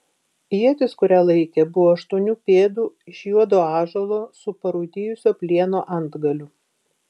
ietis kurią laikė buvo aštuonių pėdų iš juodo ąžuolo su parūdijusio plieno antgaliu